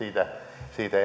siitä